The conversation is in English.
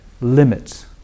limits